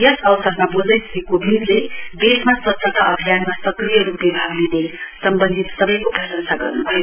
यस अवसरमा बोल्दै श्री कोविन्दले देशमा स्वच्छता अभियानमा सक्रिय रूपले भाग लिने सम्बन्धित सबैको प्रंशसा गर्न् भयो